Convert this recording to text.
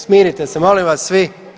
Smirite se molim vas svi.